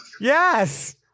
Yes